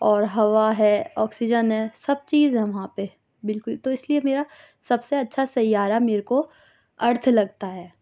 اور ہوا ہے آکسیجن ہے سب چیز ہے وہاں پہ بالکل تو اس لیے میرا سب سے اچھا سیارہ میرے کو ارتھ لگتا ہے